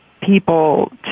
people